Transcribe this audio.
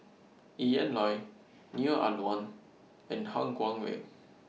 Ian Loy Neo Ah Luan and Han Guangwei